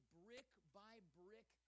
brick-by-brick